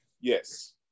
Yes